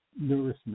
nourishment